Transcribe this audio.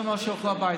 שהם הלכו הביתה,